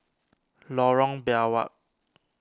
Lorong Biawak